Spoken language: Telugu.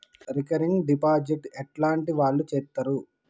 రికరింగ్ డిపాజిట్ ఎట్లాంటి వాళ్లు చేత్తరు?